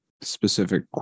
specific